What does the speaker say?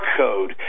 code